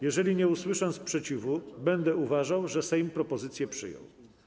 Jeżeli nie usłyszę sprzeciwu, będę uważał, że Sejm propozycję przyjął.